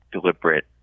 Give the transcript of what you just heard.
deliberate